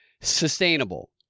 sustainable